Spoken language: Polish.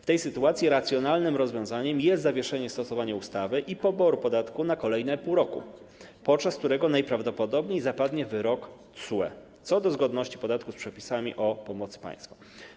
W tej sytuacji racjonalnym rozwiązaniem jest zawieszenie stosowania ustawy i poboru podatku na kolejne pół roku, podczas którego najprawdopodobniej zapadnie wyrok TSUE co do zgodności podatku z przepisami o pomocy państwa.